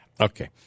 Okay